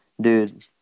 Dude